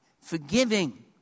forgiving